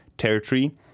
territory